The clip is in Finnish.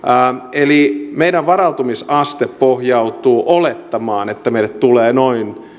eli meidän varautumisasteemme pohjautuu olettamaan että meille tulee noin